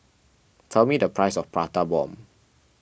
tell me the price of Prata Bomb